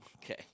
Okay